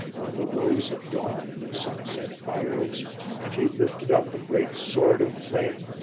of the rose of dawn, and of sunset fires and he lifted up a great sword of flame.